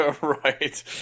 Right